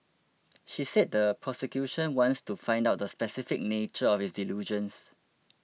she said the prosecution wants to find out the specific nature of his delusions